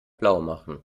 blaumachen